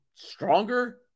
Stronger